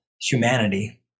humanity